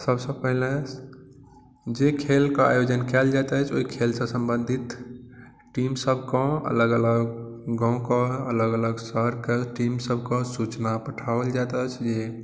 सबसँ पहिले जे खेलक आयोजन कयल जाइत अछि ओहि खेलसँ सम्बंधित टीम सब कऽ अलग अलग गाँवके अलग अलग शहरक टीम सब कऽ सुचना पठाओल जाइत अछि जे